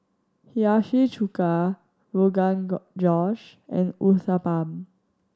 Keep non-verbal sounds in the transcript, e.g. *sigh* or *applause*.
Hiyashi Chuka Rogan *noise* Josh and Uthapam